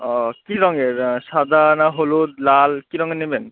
ও কি রঙের সাদা না হলুদ লাল কি রঙে নেবেন